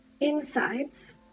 insides